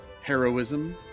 heroism